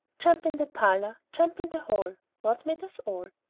jump in the parlor, jump in the hall, god made us all!